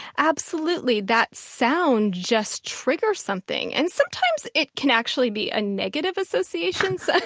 absolutely. that sounds just triggers something, and sometimes it can actually be ah negative associations.